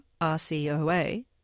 RCOA